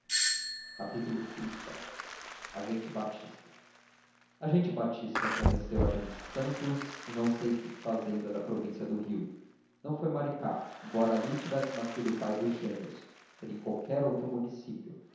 céu xxx a gente batista a gente batista conheceu a gente santos em não sei que fazenda da província do rio não foi maricá embora ali tivesse nascido o pai dos gêmeos seria em qualquer outro município